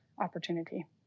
opportunity